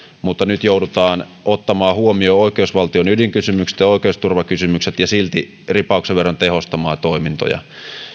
mutta nyt joudutaan ottamaan huomioon oikeusvaltion ydinkysymykset ja ja oikeusturvakysymykset ja silti ri pauksen verran tehostamaan toimintoja